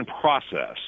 process